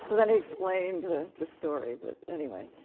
so then he explained the the story, but anyway.